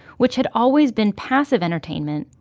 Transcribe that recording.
which had always been passive entertainment,